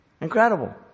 Incredible